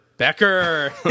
Becker